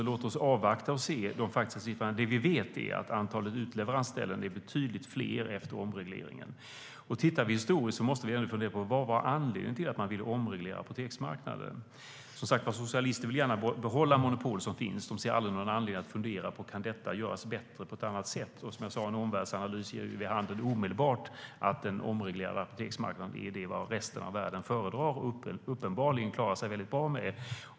Låt oss avvakta och se de faktiska siffrorna. Som jag sa ger en omvärldsanalys omedelbart vid handen att en omreglerad apoteksmarknad är vad de i resten av världen föredrar och uppenbarligen klarar sig väldigt bra med.